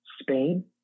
spain